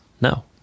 No